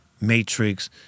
matrix